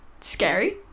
scary